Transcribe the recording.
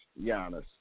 Giannis